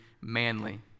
manly